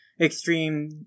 extreme